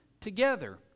together